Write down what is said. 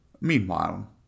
Meanwhile